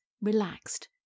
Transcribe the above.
relaxed